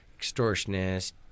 extortionist